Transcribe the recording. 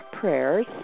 prayers